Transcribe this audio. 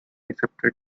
accepted